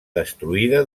destruïda